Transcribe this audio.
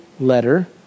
letter